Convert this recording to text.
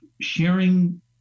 sharing